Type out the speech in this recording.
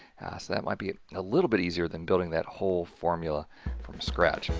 that might be a little bit easier than building that whole formula from scratch.